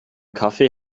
kaffee